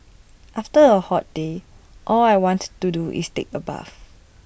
after A hot day all I want to do is take A bath